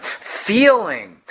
feeling